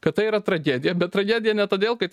kad tai yra tragedija bet tragedija ne todėl kad